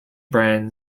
brian